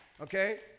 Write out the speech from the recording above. Okay